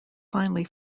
finally